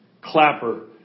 Clapper